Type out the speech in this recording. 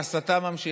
ההסתה נמשכת.